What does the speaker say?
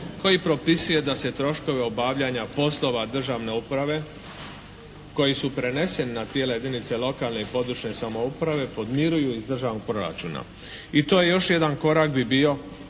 koji propisuje da se troškove obavljanja poslova državne uprave koji su preneseni na tijela jedinica lokalne i područne samouprave podmiruju iz Državnog proračuna. I to je još jedan korak bi bio